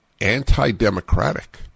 anti-democratic